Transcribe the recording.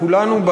כולנו,